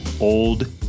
old